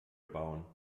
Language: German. bauen